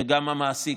וגם המעסיק,